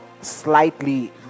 slightly